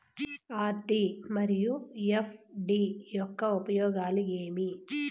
RD మరియు FD యొక్క ఉపయోగాలు ఏమి?